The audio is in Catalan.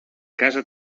casa